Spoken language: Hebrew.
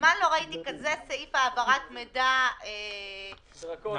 מזמן לא ראיתי איזה סעיף העברת מידע מקיף -- דרקוני.